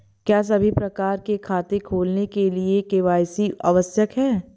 क्या सभी प्रकार के खाते खोलने के लिए के.वाई.सी आवश्यक है?